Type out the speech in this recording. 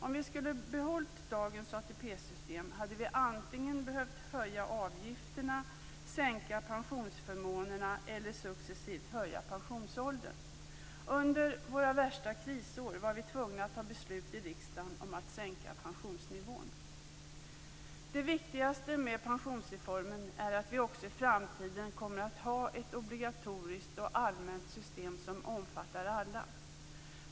Om vi skulle behållit dagens ATP-system hade vi antingen behövt höja avgifterna, sänka pensionsförmånerna eller successivt höja pensionsåldern. Under våra värsta krisår var vi tvungna att fatta beslut i riksdagen om att sänka pensionsnivån. Det viktigaste med pensionsreformen är att vi också i framtiden kommer att ha ett obligatoriskt och allmänt system som omfattar alla.